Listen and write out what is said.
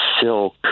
silk